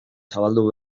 zabaldu